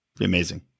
Amazing